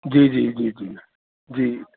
जी जी जी जी जी